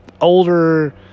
older